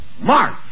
March